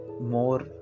more